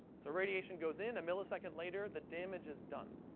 so radiation goes in, a millisecond later the damage is done.